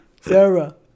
Sarah